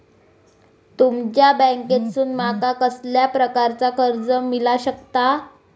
तुमच्या बँकेसून माका कसल्या प्रकारचा कर्ज मिला शकता?